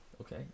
Okay